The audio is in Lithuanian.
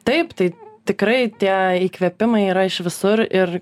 taip tai tikrai tie įkvėpimai yra iš visur ir